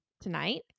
Tonight